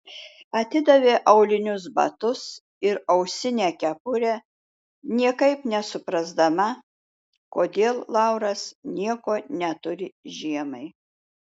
atidavė aulinius batus ir ausinę kepurę niekaip nesuprasdama kodėl lauras nieko neturi žiemai